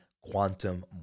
quantum